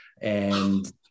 And-